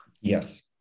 yes